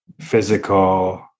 physical